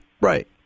right